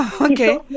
Okay